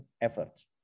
efforts